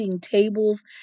tables